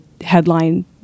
headline